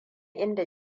inda